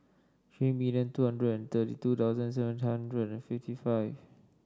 three million two hundred and thirty two thousand seven hundred and fifty five